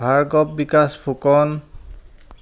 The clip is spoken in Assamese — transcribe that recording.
ভাৰ্গৱ বিকাশ ফুকন